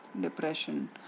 depression